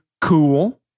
cool